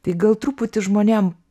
tai gal truputį žmonėm